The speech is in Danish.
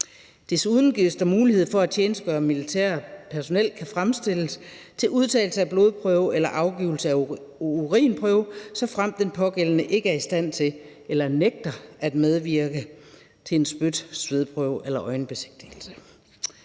Desuden gives der mulighed for, at tjenestegørende militært personel kan fremstilles til udtagelse af blodprøve eller afgivelse af urinprøve, såfremt den pågældende ikke er i stand til eller nægter at medvirke til en spyt- eller svedprøve eller en øjenbesigtigelse.